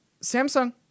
Samsung